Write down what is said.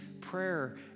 prayer